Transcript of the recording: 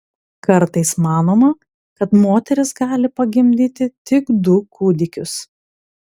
kartais manoma kad moteris gali pagimdyti tik du kūdikius